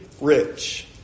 rich